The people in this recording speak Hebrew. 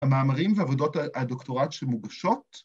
‫המאמרים ועבודות הדוקטורט שמוגשות.